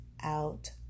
out